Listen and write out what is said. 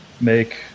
make